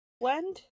blend